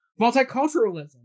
multiculturalism